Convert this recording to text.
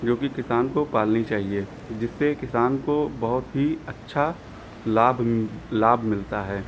जोकि किसान को पालनी चाहिए जिससे किसान को बहुत ही अच्छा लाभ लाभ मिलता है